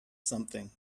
something